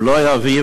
ולא יביא,